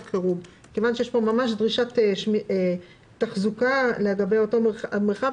חירום." מכיוון שיש כאן ממש דרישת תחזוקה לגבי אותו מרחב,